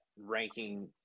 ranking